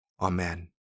Amen